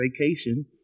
vacation